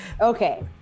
Okay